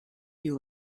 you